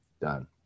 Done